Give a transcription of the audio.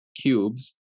cubes